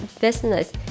business